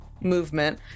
movement